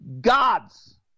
gods